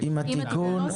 עם התיקון.